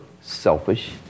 selfish